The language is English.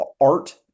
art